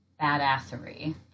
badassery